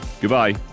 Goodbye